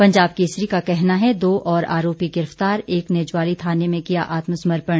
पंजाब केसरी का कहना है दौ और आरोपी गिरफ्तार एक ने ज्वाली थाने में किया आत्मसमर्पण